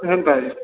ଏନ୍ତା କି